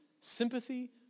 sympathy